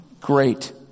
Great